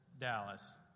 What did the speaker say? Dallas